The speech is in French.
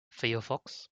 firefox